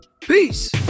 Peace